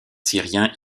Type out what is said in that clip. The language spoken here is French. syriens